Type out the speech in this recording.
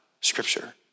scripture